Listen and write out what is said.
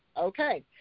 Okay